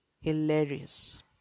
hilarious